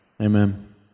amen